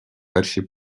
перші